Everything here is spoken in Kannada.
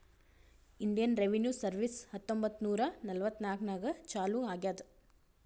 ಇಂಡಿಯನ್ ರೆವಿನ್ಯೂ ಸರ್ವೀಸ್ ಹತ್ತೊಂಬತ್ತ್ ನೂರಾ ನಲ್ವತ್ನಾಕನಾಗ್ ಚಾಲೂ ಆಗ್ಯಾದ್